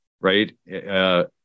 right